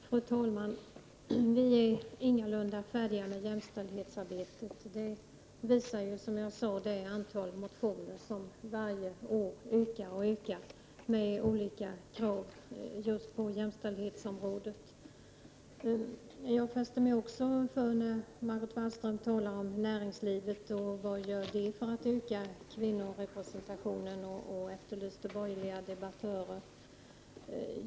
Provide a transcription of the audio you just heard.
Fru talman! Vi är ingalunda färdiga med jämställdhetsarbetet. Det visar det för varje år ökande antal motioner med olika krav på just jämställdhetsområdet. Jag fäste mig också vid det Margot Wallström sade om näringslivet och vad det gör för att öka kvinnorepresentationen och att hon efterlyste borgerliga debattörer.